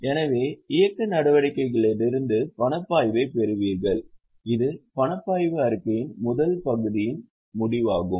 எனவே இயக்க நடவடிக்கைகளிலிருந்து பணப்பாய்வை பெறுவீர்கள் இது பணப்பாய்வு அறிக்கையின் முதல் பகுதியின் முடிவாகும்